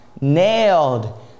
nailed